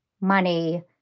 money